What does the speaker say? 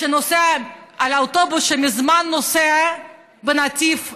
שנוסע על האוטו שמזמן נוסע בנתיב אחר,